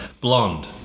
Blonde